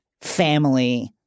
family